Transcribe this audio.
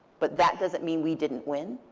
but that doesn't mean we didn't win.